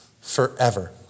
forever